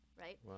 right